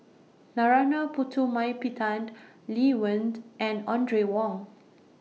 Narana Putumaippittan Lee Wen and Audrey Wong